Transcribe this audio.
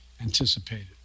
anticipated